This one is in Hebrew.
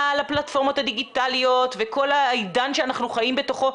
הפלטפורמות הדיגיטליות וכל העידן שאנחנו חיים בתוכו,